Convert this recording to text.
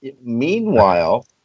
Meanwhile